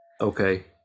Okay